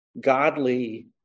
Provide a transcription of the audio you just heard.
godly